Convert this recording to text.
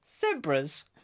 zebras